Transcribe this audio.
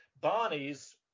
Barney's